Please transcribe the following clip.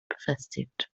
befestigt